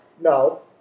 No